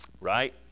Right